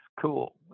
cool